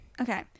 Okay